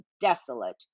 desolate